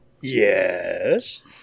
Yes